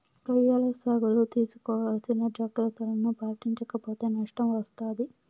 రొయ్యల సాగులో తీసుకోవాల్సిన జాగ్రత్తలను పాటించక పోతే నష్టం వస్తాది